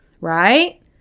right